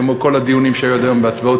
לא כמו כל הדיונים שהיו עד היום בהצבעות